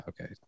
okay